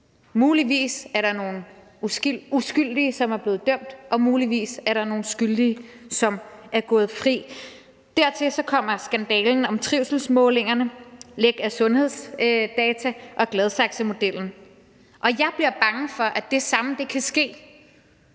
muligvis er nogle uskyldige, som er blevet dømt, og muligvis er der nogle skyldige, som er gået fri. Dertil kommer skandalen om trivselsmålingerne, læk af sundhedsdata og Gladsaxemodellen. Jeg er bange for, at det samme kan ske,